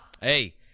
Hey